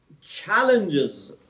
challenges